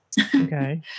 Okay